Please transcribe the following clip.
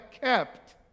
kept